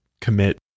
commit